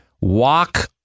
walk